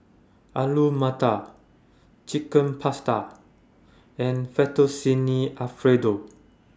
Alu Matar Chicken Pasta and Fettuccine Alfredo